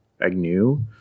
Agnew